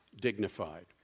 dignified